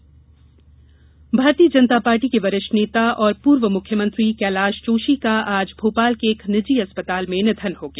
जोशी निघन भारतीय जनता पार्टी के वरिष्ठ नेता और पूर्व मुख्यमंत्री कैलाश जोशी का आज भोपाल के एक निजी अस्पताल में निधन हो गया